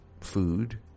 food